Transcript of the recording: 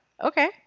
Okay